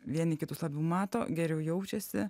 vieni kitus labiau mato geriau jaučiasi